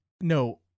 no